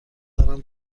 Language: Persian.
دارم